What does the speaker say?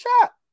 shot